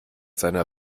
seiner